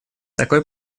такой